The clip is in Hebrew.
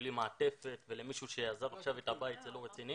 בלי מעטפת ולמישהו שעזב עכשיו את הבית זה לא רציני